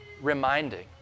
reminding